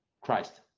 Christ